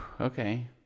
Okay